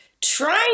trying